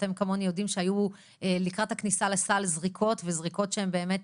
אתם כמוני יודעים שהיו לקראת הכניסה לסל זריקות וזריקות שבאמת